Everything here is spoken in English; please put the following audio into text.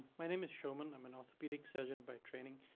my name is sherman i'm an orthopedic surgeon by training.